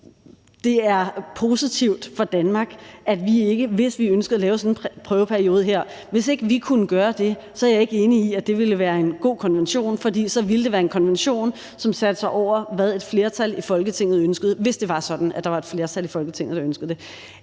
ellers ikke ville have truffet. Hvis vi ønskede at lave sådan en prøveperiode her og ikke kunne gøre det, er jeg ikke enig i, at det ville være en god konvention, for så ville det være en konvention, som satte sig over, hvad et flertal i Folketinget ønskede, hvis det var sådan, at der var et flertal i Folketinget, der ønskede det.